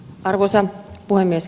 arvoisa puhemies